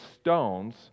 stones